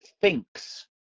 thinks